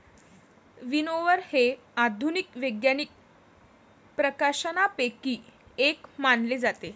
विनओवर हे आधुनिक वैज्ञानिक प्रकाशनांपैकी एक मानले जाते